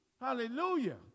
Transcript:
Hallelujah